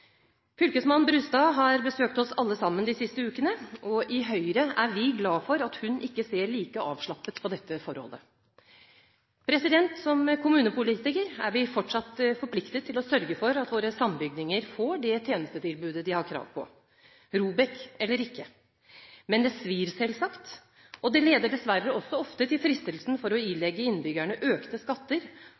Brustad har besøkt oss alle sammen de siste ukene, og i Høyre er vi glad for at hun ikke ser like avslappet på dette forholdet. Som kommunepolitikere er vi fortsatt forpliktet til å sørge for at våre sambygdinger får det tjenestetilbudet de har krav på, ROBEK, eller ikke. Men det svir selvsagt, og det leder dessverre også ofte til fristelsen til å ilegge innbyggerne økte skatter.